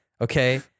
Okay